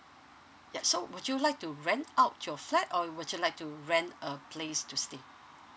yeah so would you like to rent out your flat or would you like to rent a place to stay